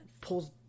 Pulls